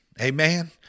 Amen